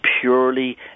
purely